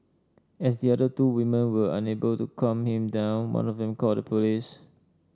as the other two women were unable to calm him down one of them called the police